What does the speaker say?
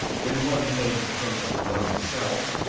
when one came to think of one's self,